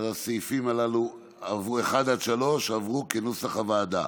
אז סעיפים 1 3, כנוסח הוועדה,